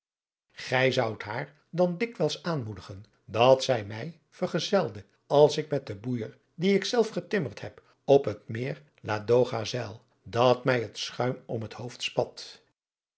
gij zoudt haar dan dikwijls aanmoedigen dat zij mij vergezelde als ik met den boeijer dien ik zelf getimmerd heb op het meer ladoga zeil dat mij het schuim om het hoofd spat